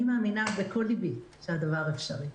אני מאמינה בכל ליבי שהדבר אפשרי.